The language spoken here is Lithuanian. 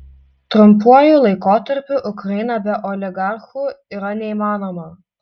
trumpuoju laikotarpiu ukraina be oligarchų yra neįmanoma